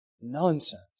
nonsense